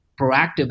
proactive